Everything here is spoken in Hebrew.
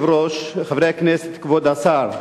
אדוני היושב-ראש, חברי הכנסת, כבוד השר,